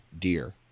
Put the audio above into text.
deer